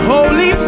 Holy